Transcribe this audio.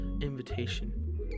invitation